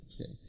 okay